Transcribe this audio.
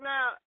Now